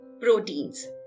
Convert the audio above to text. proteins